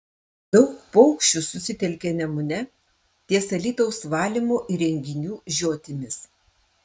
daug paukščių susitelkė nemune ties alytaus valymo įrenginių žiotimis